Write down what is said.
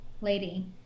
lady